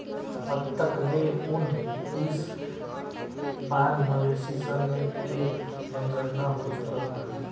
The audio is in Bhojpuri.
अब तक ले उनऽइस बार मवेशी सन के जनगणना हो चुकल बा